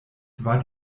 war